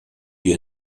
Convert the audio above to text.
die